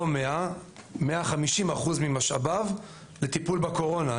לא 100%, 150% ממשאביו לטיפול בקורונה.